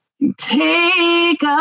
Take